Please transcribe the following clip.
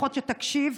לפחות שתקשיב,